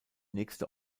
nächste